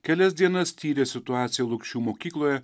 kelias dienas tyrė situaciją lukšių mokykloje